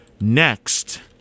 next